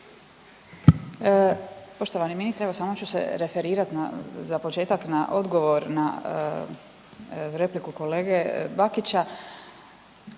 Poštovani ministre, evo samo ću se referirati za početak na odgovor na repliku kolege Bakića,